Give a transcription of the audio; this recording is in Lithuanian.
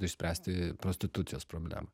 išspręsti prostitucijos problemą